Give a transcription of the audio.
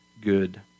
good